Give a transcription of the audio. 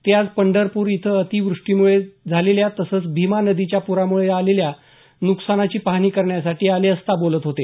ते आज पंढरपूर इथं अतिवृष्टीमुळे झालेल्या तसंच आणि भीमा नदीच्या पूरामुळे झालेल्या नुकसानाची पाहणी करण्यासाठी आले असता बोलत होते